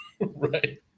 right